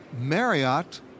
Marriott